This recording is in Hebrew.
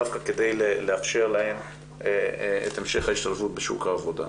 דווקא כדי לאפשר להן את המשך ההשתלבות בשוק העבודה.